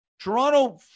Toronto